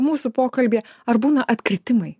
mūsų pokalbyje ar būna atkritimai